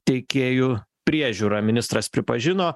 teikėjų priežiūrą ministras pripažino